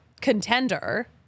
Contender